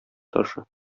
ташы